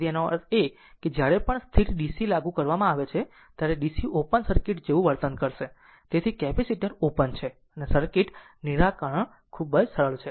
તેથી આનો અર્થ એ છે કે જ્યારે પણ સ્થિર DC લાગુ કરવામાં આવે છે ત્યારે કેપેસિટર ઓપન સર્કિટ જેવું વર્તન કરશે તેથી જ કેપેસિટર ઓપન છે અને સર્કિટ્સ નિરાકરણ ખૂબ જ સરળ છે